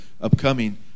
upcoming